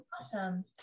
Awesome